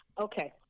Okay